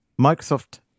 Microsoft